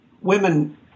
women